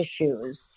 issues